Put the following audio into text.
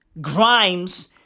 Grimes